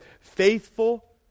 faithful